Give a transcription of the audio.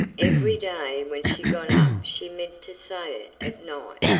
every day when she got up she meant to say it at night,